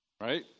Right